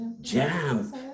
jam